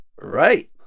Right